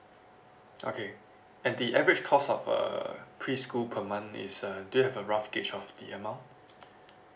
okay and the average cost of uh preschool per month is uh do you have a rough gauge of the amount